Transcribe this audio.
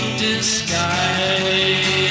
disguise